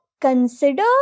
consider